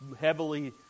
heavily